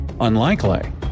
Unlikely